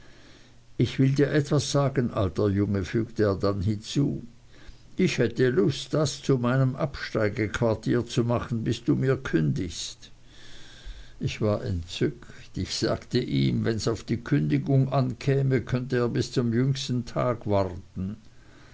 ich will dir was sagen alter junge fügte er dann hinzu ich hätte lust das zu meinem absteigequartier zu machen bis du mir kündigst ich war entzückt ich sagte ihm wenns auf die kündigung ankäme könnte er bis zum jüngsten tag warten